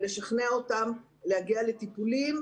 לשכנע אותם להגיע לטיפולים.